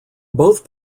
both